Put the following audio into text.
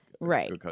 Right